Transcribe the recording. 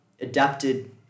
adapted